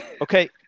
Okay